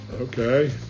Okay